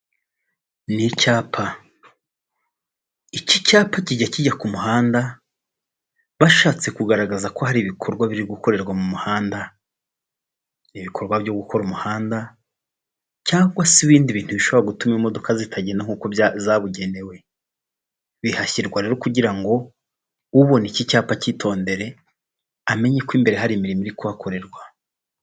Ni icyapa. Iki cyapa kijya kijya ku muhanda bashatse kugaragaza ko hari ibikorwa biri gukorerwa mu muhanda. Ibikorwa byo gukora umuhanda ,cyangwa se ibindi bintu bishobora gutuma imodoka zitagenda nkuko zabugenewe. Bihashyirwa rero kugira ngo ubone iki cyapa cyitondere ,amenye ko imbere hari imirimo iri kuhakorerwa.